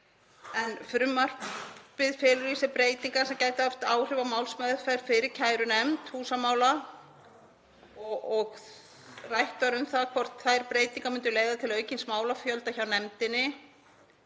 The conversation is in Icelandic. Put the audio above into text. Frumvarpið felur í sér breytingar sem gætu haft áhrif á málsmeðferð fyrir kærunefnd húsamála og rætt var um það hvort breytingarnar myndu leiða til aukins málafjölda hjá nefndinni